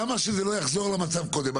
למה שזה לא יחזור למצב הקודם?